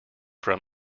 from